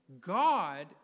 God